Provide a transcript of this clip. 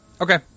Okay